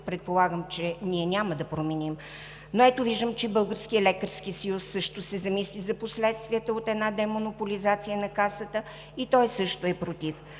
предполагам, че няма да променим позицията си, но виждам, че и Българският лекарски съюз също се замисли за последствията от една демонополизация на Касата и е против.